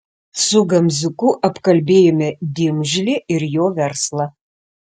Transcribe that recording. su gamziuku apkalbėjome dimžlį ir jo verslą